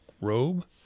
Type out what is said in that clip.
robe